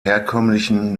herkömmlichen